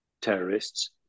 terrorists